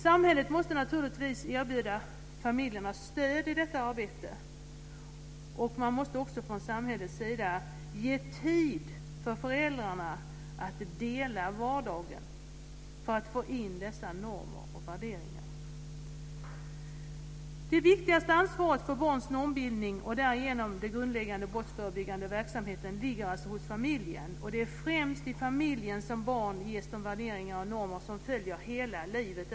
Samhället måste naturligtvis erbjuda familjerna stöd i detta arbete, och man måste också från samhällets sida ge tid för föräldrarna att dela vardagen för att få in dessa normer och värderingar. Det viktigaste ansvaret för barns normbildning och därigenom den grundläggande brottsförebyggande verksamheten ligger alltså hos familjen, och det är främst i familjen som barn ges de värderingar och normer som följer dem hela livet.